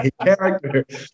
Character